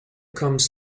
comes